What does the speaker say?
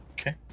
Okay